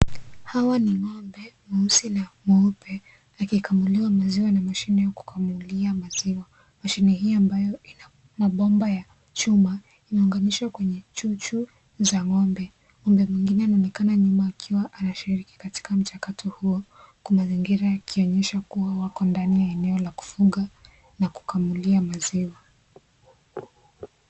Hawa ni ngombe weusi na weupe akikamuliwa maziwa na mashine ya kukamulia maziwa . Mashine hiyo ambayo ina mabomba ya chuma inaunganishwa kwenye chuchu za ngombe ,ngombe mwingine anaonekana nyuma akiwa anashirika katika mchakato huo. Mazingira yakionyesha kuwa wako ndani ya eneo la kufunga na kukamulia maziwa.